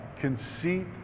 conceit